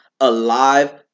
Alive